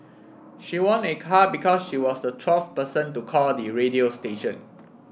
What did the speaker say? she won a car because she was the twelfth person to call the radio station